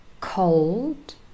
cold